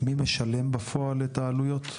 מי משלם בפועל את העלויות?